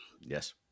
Yes